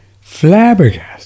Flabbergasted